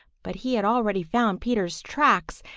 but he had already found peter's tracks,